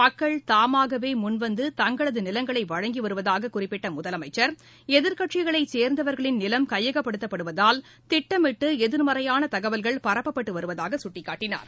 மக்கள் தாமாகவே முன்வந்து தங்களது நிலங்களை வழங்கி வருவதாக குறிப்பிட்ட முதலமைச்சர் எதிர்கட்சிகளைச் சேர்ந்தவர்களின் நிலம் கையகப்படுத்தப்படுவதால் திட்டமிட்டு எதிர்மறையான தகவல்கள் பரப்பப்பட்டு வருவதாக குட்டிக்காட்டினார்